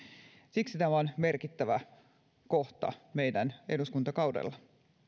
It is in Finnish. siksi tämä on merkittävä kohta meidän eduskuntakaudella